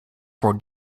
for